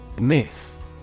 Myth